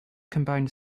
combined